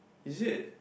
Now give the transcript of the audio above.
is it